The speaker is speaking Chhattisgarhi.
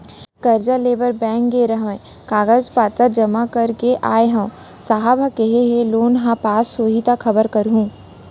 करजा लेबर बेंक गे रेहेंव, कागज पतर जमा कर के आय हँव, साहेब ह केहे हे लोन ह पास हो जाही त खबर करहूँ